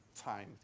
time